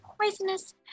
poisonous